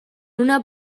una